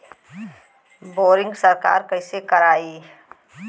Boring सरकार कईसे करायी?